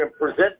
present